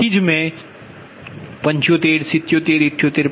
તેથી જ મેં 75 77 78